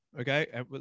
Okay